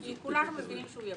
כי כולנו מבינים שהוא יבוא.